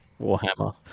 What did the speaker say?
Warhammer